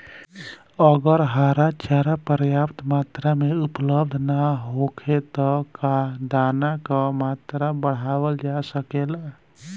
अगर हरा चारा पर्याप्त मात्रा में उपलब्ध ना होखे त का दाना क मात्रा बढ़ावल जा सकेला?